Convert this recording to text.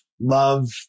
love